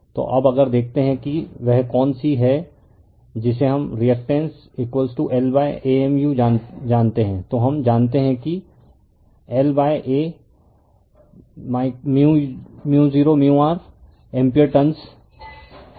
तो अब अगर देखते हैं कि वह कौन सी है जिसे हम रिअक्टेंस LAmu जानते हैं तो हम जानते हैं कि LA µ0 µr एम्पीयर टर्नस है